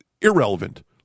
irrelevant